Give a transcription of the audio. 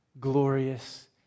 glorious